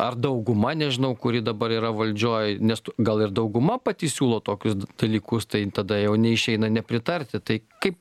ar dauguma nežinau kuri dabar yra valdžioj nes tu gal ir dauguma pati siūlo tokius dalykus tai tada jau neišeina nepritarti tai kaip